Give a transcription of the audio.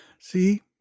See